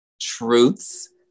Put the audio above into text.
Truths